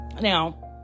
Now